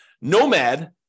Nomad